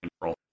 control